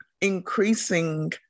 increasing